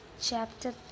Chapter